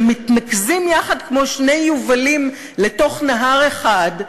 שמתנקזים יחד כמו שני יובלים לתוך נהר אחד.